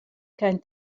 kein